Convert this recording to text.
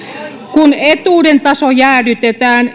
kun etuuden taso jäädytetään